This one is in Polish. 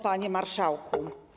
Panie Marszałku!